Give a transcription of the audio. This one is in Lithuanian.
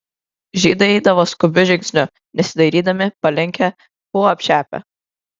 žydai eidavo skubiu žingsniu nesidairydami palinkę buvo apšepę